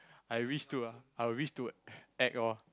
I wish to ah I will wish to act lor